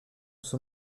son